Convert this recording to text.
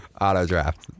Auto-draft